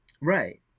Right